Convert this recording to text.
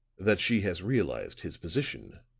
that she has realized his position,